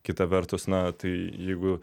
kita vertus na tai jeigu